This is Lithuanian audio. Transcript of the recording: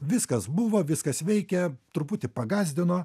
viskas buvo viskas veikė truputį pagąsdino